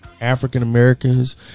African-Americans